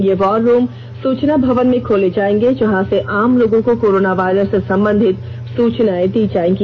ये war room सूचना भवन में खोले जायेंगे जहां से आम लोगों को कोरोना वायरस से संबंधित सूचनाएं दी जायेंगी